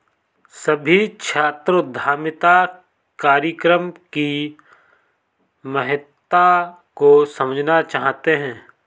सभी छात्र उद्यमिता कार्यक्रम की महत्ता को समझना चाहते हैं